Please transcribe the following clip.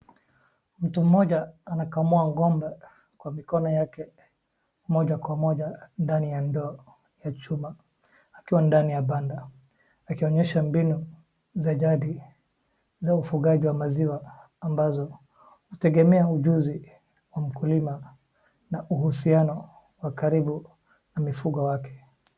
Mtu mmoja anakamua ngombe kwa mikono yake moja kwa moja ndani ya ndoo ya chuma akiwa ndani ya banda akionyesha mbinu za jadi za uugaji wa maziwa ambazo hutegemea ujuzi wa mkulima na uhusiano wa karibu na mifugo wake.